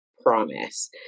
promise